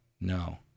No